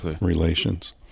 relations